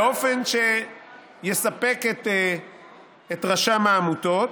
באופן שיספק את רשם העמותות.